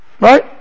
Right